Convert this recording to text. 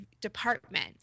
department